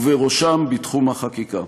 ובראשם בתחום החקיקה.